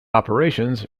operations